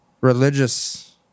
religious